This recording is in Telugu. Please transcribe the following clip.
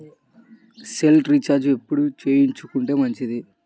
సెల్ రీఛార్జి ఎప్పుడు చేసుకొంటే మంచిది?